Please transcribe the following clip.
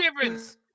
difference